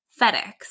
FedEx